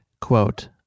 quote